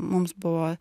mums buvo